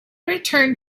returned